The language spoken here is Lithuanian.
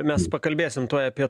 mes pakalbėsim tuoj apie